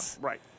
right